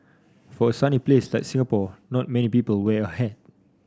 for a sunny place like Singapore not many people wear a hat